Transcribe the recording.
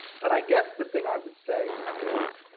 but i guess the thing i would say is,